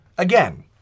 Again